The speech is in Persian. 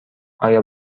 آیا